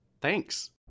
Thanks